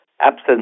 absence